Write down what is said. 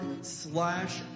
slash